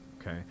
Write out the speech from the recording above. okay